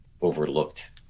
overlooked